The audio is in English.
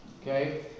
Okay